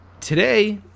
Today